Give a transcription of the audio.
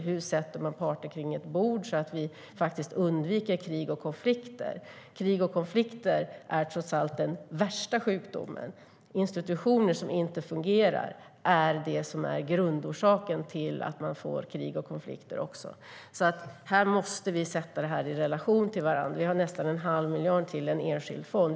Hur sätter man parter runt ett bord så att vi undviker krig och konflikter? Krig och konflikter är trots allt den värsta sjukdomen. Institutioner som inte fungerar är grundorsaken till krig och konflikter. Vi måste sätta dessa frågor i relation till varandra. Det finns nästan en halv miljard till en enskild fond.